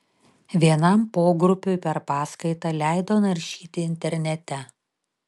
vienam pogrupiui per paskaitą leido naršyti internete